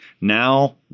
now